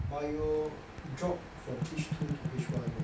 bio dropped from H two to H one lor